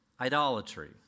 idolatry